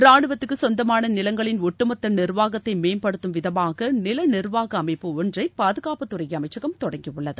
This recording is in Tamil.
ராணுவத்துக்கு சொந்தமான நிலங்களின் ஒட்டுமொத்த நிர்வாகத்தை மேம்படுத்தும் விதமாக நில நிர்வாக அமைப்பு ஒன்றை பாதுகாப்புத் துறை அமைச்சகம் தொடங்கியுள்ளது